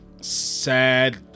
sad